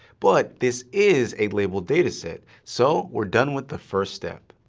but this is a labeled dataset, so we're done with the first step!